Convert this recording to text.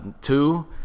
Two